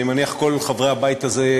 אני מניח שכל חברי הבית הזה,